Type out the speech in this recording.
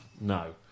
No